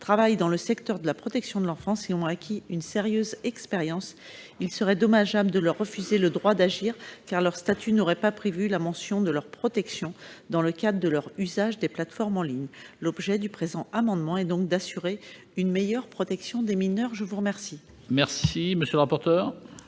travaillent dans le secteur de la protection de l'enfance et ont acquis une sérieuse expérience. Il serait dommageable de leur refuser le droit d'agir car leurs statuts n'auraient pas prévu la mention de leur protection « dans le cadre de leur usage des plateformes en ligne ». Le présent amendement a donc pour objet d'assurer une meilleure protection des mineurs. Quel est l'avis de la